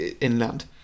inland